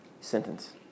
sentence